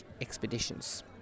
expeditions